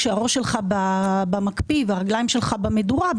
כשהראש שלך במקפיא והרגליים שלך במדורה,